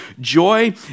joy